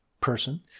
person